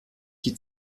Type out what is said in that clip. die